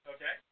Okay